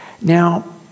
Now